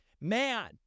Man